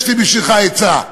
יש לי בשבילך עצה: